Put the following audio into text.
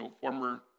former